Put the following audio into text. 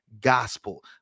gospel